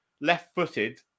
left-footed